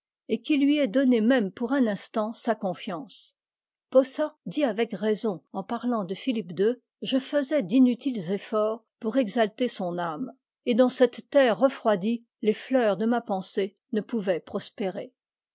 et qu'il lui ait donné même pour un instant sa consance posa dit avec raison en parlant de philippe ii je faisais d'inutiles efforts pour exalter son âme et dans cette terre refroidie les fleurs de ma pensée ne pouvaient prospérer